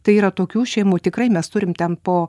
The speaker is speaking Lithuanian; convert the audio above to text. tai yra tokių šeimų tikrai mes turim ten po